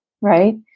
right